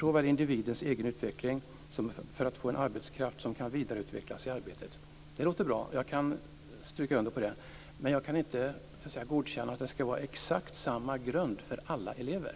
såväl för individens egen utveckling som för att få en arbetskraft som kan vidareutvecklas i arbetet." Det låter bra, och jag kan stryka under det, men jag kan inte acceptera att det skall vara exakt samma grund för alla elever.